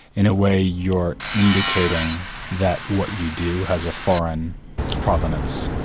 in a way you're indicating that what you do has a foreign provenance.